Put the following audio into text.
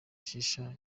shisha